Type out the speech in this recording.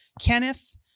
Kenneth